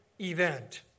event